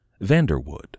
Vanderwood